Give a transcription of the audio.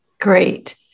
Great